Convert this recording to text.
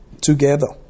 together